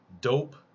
Dope